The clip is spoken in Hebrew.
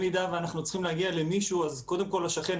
אם אנחנו צריכים להגיע למישהו, קודם כול השכן.